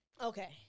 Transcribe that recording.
Okay